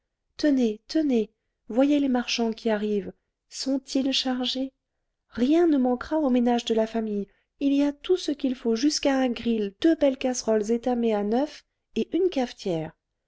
tenez tenez voyez les marchands qui arrivent sont-ils chargés rien ne manquera au ménage de la famille il y a tout ce qu'il faut jusqu'à un gril deux belles casseroles étamées à neuf et une cafetière